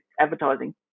advertising